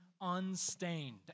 unstained